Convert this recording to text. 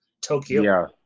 Tokyo